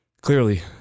clearly